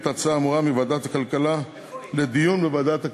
את ההצעה האמורה מוועדת הכלכלה לדיון בוועדת הכספים.